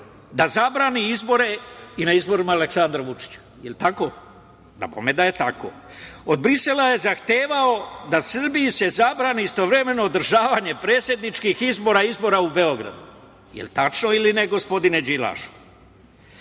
da zabrani izbore i na izborima Aleksandra Vučića. Jel tako? Dabome da je tako. Od Brisela je zahtevao da se Srbiji zabrani istovremeno održavanje predsedničkih izbora i izbora u Beogradu. Jel tačno ili ne, gospodine Đilašu?